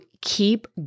keep